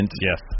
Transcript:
Yes